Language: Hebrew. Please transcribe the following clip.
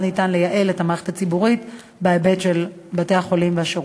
אפשר לייעל את המערכת הציבורית בהיבט של בתי-החולים והשירות.